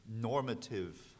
normative